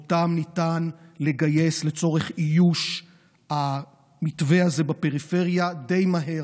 ואותם ניתן לגייס לצורך איוש המתווה הזה בפריפריה די מהר.